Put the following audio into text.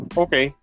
okay